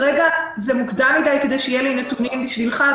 כרגע מוקדם מדי מכדי שיהיו לי נתונים בשבילך.